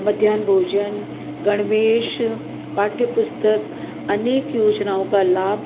मध्याह्न भोजन गणवेश पाठ्यपुस्तक अनेक योजनाओं का लाभ